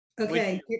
Okay